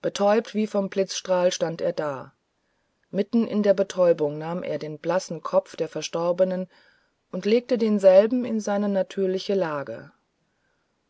betäubt wie vom blitzstrahl stand er da mitten in der betäubung nahm er den blassen kopf der verstorbenen und legte denselben in seine natürliche lage